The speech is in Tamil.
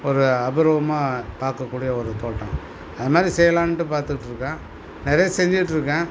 ஒரு அபூர்வமாக தாக்கக்கூடிய ஒரு தோட்டம் அதுமாதிரி செய்யலான்ட்டு பார்த்துட்ருக்கேன் நிறைய செஞ்சிட்டுருக்கேன்